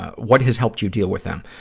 what has helped you deal with them?